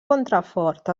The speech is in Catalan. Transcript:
contrafort